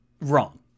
wrong